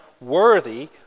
worthy